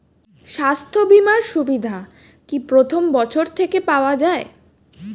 স্বাস্থ্য বীমার সুবিধা কি প্রথম বছর থেকে পাওয়া যায়?